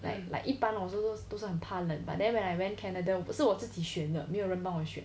like like 都是很怕冷 but then when I went canada 是我自己选的没有人帮我选